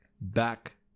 back